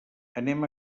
anem